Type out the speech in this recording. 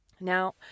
Now